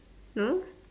no